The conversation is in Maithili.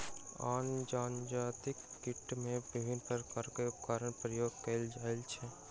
आन जजातिक कटनी मे विभिन्न प्रकारक उपकरणक प्रयोग कएल जाइत अछि